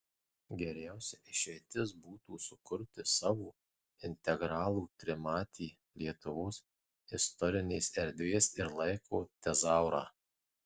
geriausia išeitis būtų sukurti savo integralų trimatį lietuvos istorinės erdvės ir laiko tezaurą